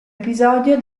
episodio